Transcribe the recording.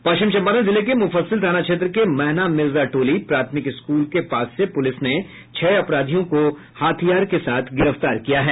पश्चिम चम्पारण जिले के मुफ्फसिल थाना क्षेत्र के महना मिर्जाटोली प्राथमिक स्कूल के पास से पूलिस ने छह अपराधियों को हथियार के साथ गिरफ्तार किया है